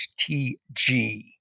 HTG